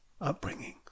upbringing